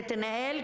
נתנאל,